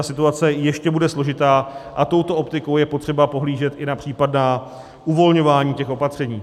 Situace ještě bude složitá a touto optikou je třeba pohlížet i na případná uvolňování těch opatření.